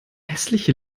hässliche